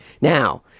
Now